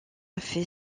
fait